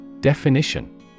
Definition